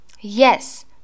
Yes